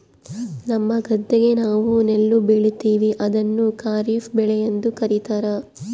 ನಮ್ಮ ಗದ್ದೆಗ ನಾವು ನೆಲ್ಲು ಬೆಳೀತೀವಿ, ಅದನ್ನು ಖಾರಿಫ್ ಬೆಳೆಯೆಂದು ಕರಿತಾರಾ